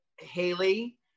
Haley